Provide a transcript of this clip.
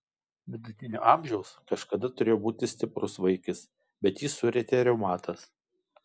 vidutinio amžiaus kažkada turėjo būti stiprus vaikis bet jį surietė reumatas